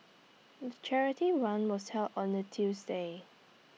the charity run was held on A Tuesday